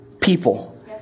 people